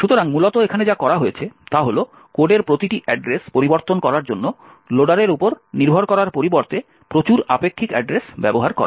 সুতরাং মূলত এখানে যা করা হয়েছে তা হল কোডের প্রতিটি অ্যাড্রেস পরিবর্তন করার জন্য লোডারের উপর নির্ভর করার পরিবর্তে প্রচুর আপেক্ষিক অ্যাড্রেস ব্যবহার করা হয়